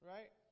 Right